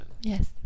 Yes